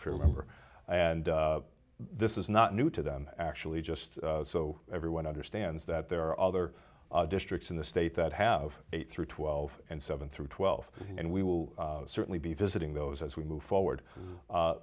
member and this is not new to them actually just so everyone understands that there are other districts in the state that have eight through twelve and seven through twelve and we will certainly be visiting those as we move forward